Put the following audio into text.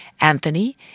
Anthony